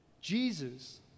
Jesus